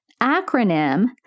acronym